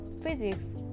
Physics